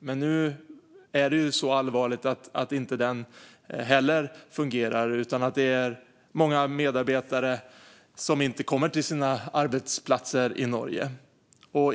Men nu är det så allvarligt att inte den heller fungerar utan att många medarbetare inte kommer till sina arbetsplatser i Norge.